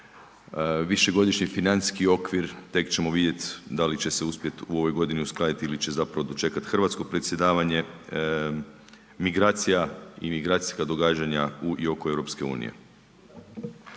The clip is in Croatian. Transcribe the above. višegodišnji financijski okvir tek ćemo vidjeti da li će se uspjeti u ovoj godini uskladiti ili će zapravo dočekati hrvatsko predsjedavanje, migracija i migracijska događanja u i oko EU.